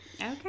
Okay